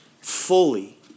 fully